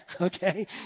okay